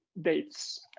dates